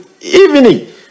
evening